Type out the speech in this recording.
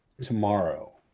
tomorrow